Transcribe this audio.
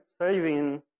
saving